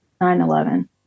9-11